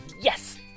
Yes